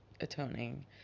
atoning